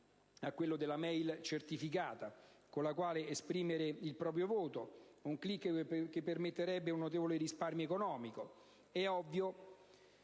alla *e-mail* certificata, con la quale esprimere il proprio voto; un *click* che permetterebbe un notevole risparmio economico. È ovvio